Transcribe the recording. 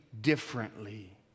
differently